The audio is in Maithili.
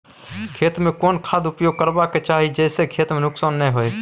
खेत में कोन खाद उपयोग करबा के चाही जे स खेत में नुकसान नैय होय?